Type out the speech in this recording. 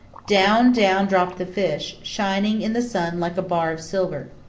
down, down, dropped the fish, shining in the sun like a bar of silver.